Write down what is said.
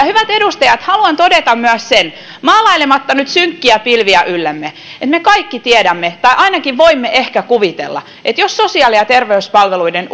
hyvät edustajat haluan todeta myös sen maalailematta nyt synkkiä pilviä yllemme että me kaikki tiedämme tai ainakin voimme ehkä kuvitella että jos sosiaali ja terveyspalveluiden